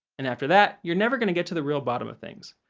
and after that, you're never going to get to the real bottom of things.